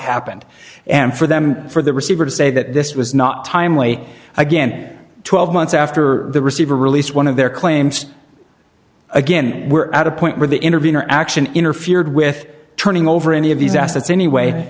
happened and for them for the receiver to say that this was not timely again twelve months after the receiver released one of their claims again we're at a point where the interviewer action interfered with turning over any of these assets anyway